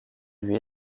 lui